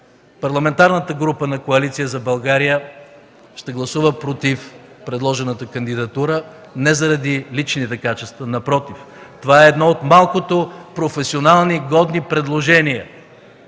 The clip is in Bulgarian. Парламентарната група на Коалиция за България ще гласува „против” предложената кандидатура не заради личните качества, напротив, това е едно от малкото професионални, годни предложения